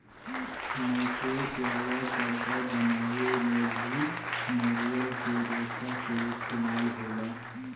mattress वाला गद्दा बनावे में भी नारियल के रेशा के इस्तेमाल होला